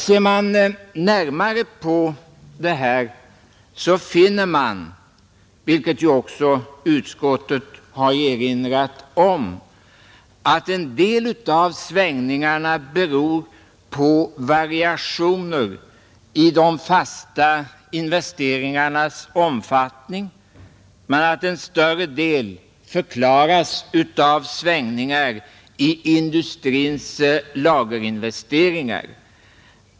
Om man ser närmare på detta finner man — vilket också utskottet har erinrat om — att en del av svängningarna beror på variationer i de fasta investeringarnas omfattning, men att en större del förklaras av svängningar i industrins lagerinvesteringar.